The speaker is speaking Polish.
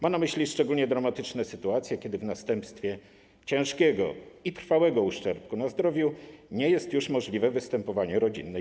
Ma na myśli szczególnie dramatyczne sytuacje, kiedy w następstwie ciężkiego i trwałego uszczerbku na zdrowiu nie jest już możliwe występowanie więzi rodzinnej.